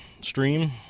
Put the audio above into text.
stream